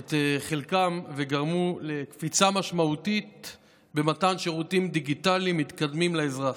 את חלקם וגרמו לקפיצה משמעותית במתן שירותים דיגיטליים מתקדמים לאזרח.